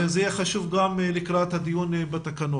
זה יהיה חשוב גם לקראת הדיון בתקנות.